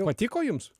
patiko jums